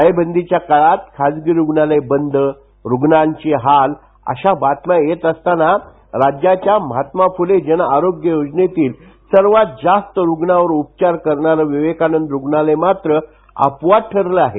टाळेबंदीच्या काळात खासगी रुग्णालय बंद रुग्णाचे हाल अशा बातम्या येत असतांना राज्याच्या महात्मा फुले जनआरोग्य योजनेतील सर्वात जास्त रुग्णांवर उपचार करणारं विवेकानंद रुग्णालय मात्र अपवाद ठरलं आहे